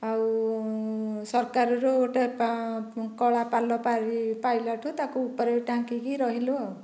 ଆଉ ସରକାରରୁ ଗୋଟିଏ କଳା ପାଲ ପାରି ପାଇଲାଠୁ ତାକୁ ଉପରେ ଟାଙ୍କିକି ରହିଲୁ ଆଉ